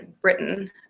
Britain